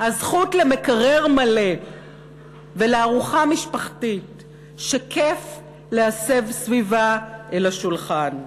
הזכות למקרר מלא ולארוחה משפחתית שכיף להסב סביבה אל השולחן,